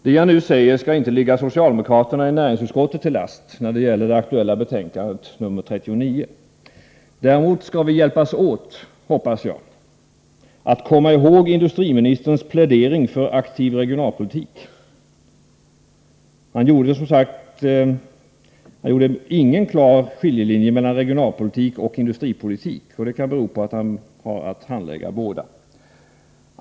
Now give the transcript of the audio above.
Det jag nu säger skall inte läggas socialdemokraterna i näringsutskottet till last när det gäller det aktuella betänkandet. Däremot skall vi hjälpas åt — hoppas jag — att komma ihåg industriministerns plädering för en aktiv regionalpolitik. Han gjorde ingen klar skiljelinje mellan regionalpolitik och industripolitik — det kan bero på att han har att handlägga båda.